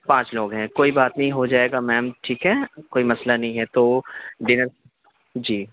پانچ لوگ ہیں کوئی بات نہیں ہو جائے گا میم ٹھیک ہے کوئی مسئلہ نہیں ہے تو ڈنر جی